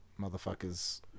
motherfuckers